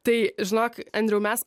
tai žinok andriau mes